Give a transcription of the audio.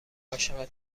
عاشق